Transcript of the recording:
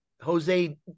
Jose